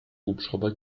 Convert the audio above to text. hubschrauber